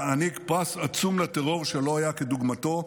תעניק פרס עצום לטרור שלא היה כדוגמתו,